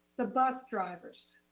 the bus drivers,